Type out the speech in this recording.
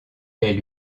elle